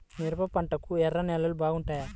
మిరప పంటకు ఎర్ర నేలలు బాగుంటాయా?